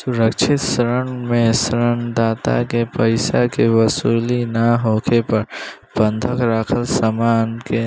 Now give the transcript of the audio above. सुरक्षित ऋण में ऋण दाता के पइसा के वसूली ना होखे पर बंधक राखल समान के